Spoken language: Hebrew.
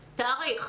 תאריך.